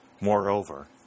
Moreover